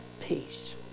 peace